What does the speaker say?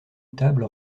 table